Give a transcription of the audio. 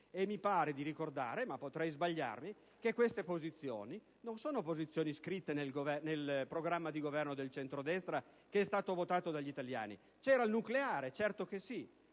Mi pare di ricordare - ma potrei sbagliarmi - che queste posizioni non sono scritte nel programma di governo del centrodestra che è stato votato dagli italiani; c'era il nucleare, certo che sì,